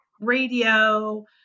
radio